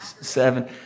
Seven